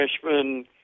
freshman